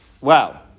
Wow